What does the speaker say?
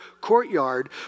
courtyard